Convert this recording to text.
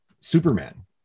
Superman